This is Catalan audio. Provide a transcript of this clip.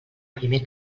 primer